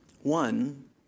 One